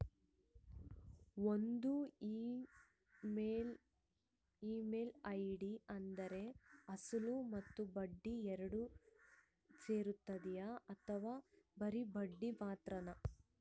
ಒಂದು ಇ.ಎಮ್.ಐ ಅಂದ್ರೆ ಅಸಲು ಮತ್ತೆ ಬಡ್ಡಿ ಎರಡು ಸೇರಿರ್ತದೋ ಅಥವಾ ಬರಿ ಬಡ್ಡಿ ಮಾತ್ರನೋ?